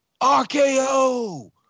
RKO